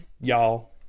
Y'all